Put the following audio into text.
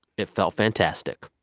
it felt fantastic.